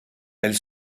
elle